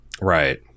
Right